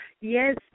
yes